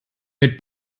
mit